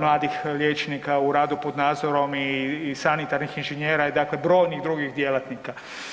mladih liječnika u radu pod nadzorom i sanitarnih inženjera i dakle brojnih drugih djelatnika.